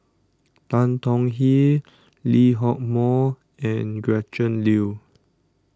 Tan Tong Hye Lee Hock Moh and Gretchen Liu